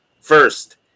First